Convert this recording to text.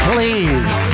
Please